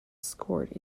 scored